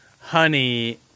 honey